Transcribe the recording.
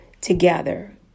together